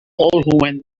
went